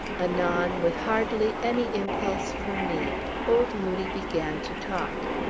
anon, with hardly any impulse from me old moodie began to talk.